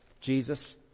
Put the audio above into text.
Jesus